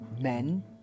men